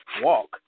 walk